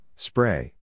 Spray